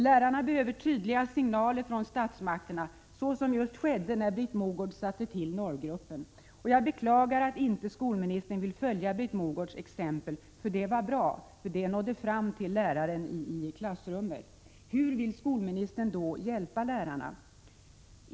Lärarna behöver tydliga signaler från statsmakterna på det sätt som skedde när Britt Mogård satte till normgruppen. Jag beklagar att skolministern inte vill följa Britt Mogårds exempel, för det var bra. Det nådde fram till läraren i klassrummet. Hur vill skolministern hjälpa lärarna?